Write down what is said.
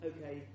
Okay